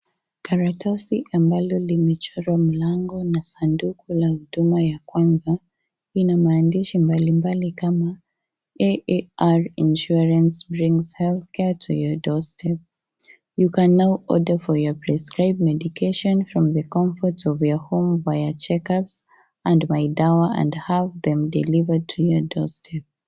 Karatasi ambalo limechorwa mlango na sanduku la huduma ya kwanza Lina maandishi mbalimbali kama " AAR Insurance brings healthcare to your doorstep. You can now order for your prescribe medication from the comfort of your home via checkups and by dialing and have them deliver to your doorstep ".